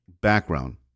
background